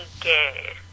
gay